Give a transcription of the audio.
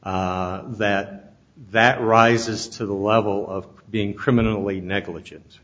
that that rises to the level of being criminally negligen